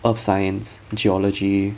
earth science geology